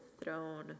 throne